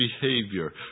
behavior